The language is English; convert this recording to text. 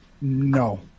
No